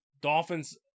Dolphins